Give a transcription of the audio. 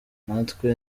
natwe